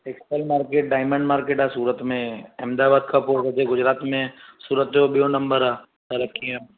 super market diamond market आहे सूरत में अहमदाबाद खां पोइ उते गुजरात में सूरत जो ॿियो नंबर आहे तरक़ीअ